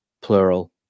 plural